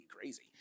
crazy